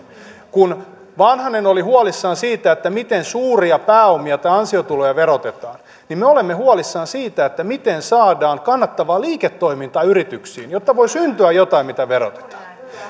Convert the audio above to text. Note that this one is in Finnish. kun vanhanen oli huolissaan siitä miten suuria pääomia tai ansiotuloja verotetaan niin me olemme huolissamme siitä miten saadaan kannattavaa liiketoimintaa yrityksiin jotta voi syntyä jotain mitä